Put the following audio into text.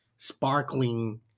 sparkling